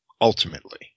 Ultimately